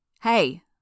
Hey